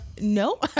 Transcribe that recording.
no